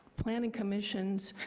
planning commission's